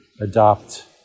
adopt